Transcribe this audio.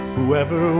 Whoever